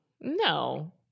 no